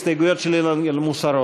ההסתייגויות של אילן גילאון?